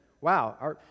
Wow